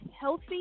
healthy